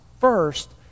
first